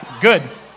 good